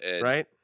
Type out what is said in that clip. Right